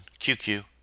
QQ